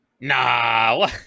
Nah